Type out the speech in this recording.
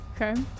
Okay